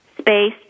Space